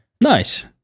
Nice